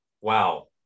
wow